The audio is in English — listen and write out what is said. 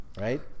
right